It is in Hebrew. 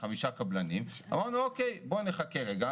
אמרנו נחכה רגע,